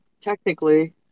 Technically